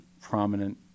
prominent